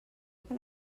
que